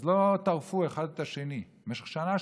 אם אחד משריו עשה עוול,